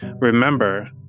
Remember